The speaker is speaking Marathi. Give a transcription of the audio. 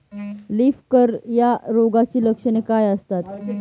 लीफ कर्ल या रोगाची लक्षणे काय असतात?